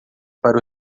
para